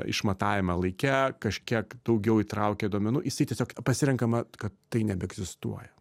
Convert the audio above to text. išmatavimą laike kažkiek daugiau įtraukia duomenų jisai tiesiog pasirenkama kad tai nebeegzistuoja